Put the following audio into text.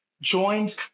joined